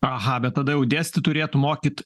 aha bet tada jau dėstyt turėtų mokyt